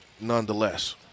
nonetheless